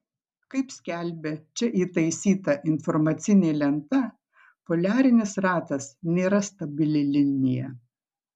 kaip skelbia čia įtaisyta informacinė lenta poliarinis ratas nėra stabili linija